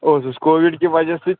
اوسُس کووِڈ کہِ وَجہ سۭتۍ